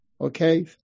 Okay